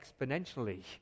exponentially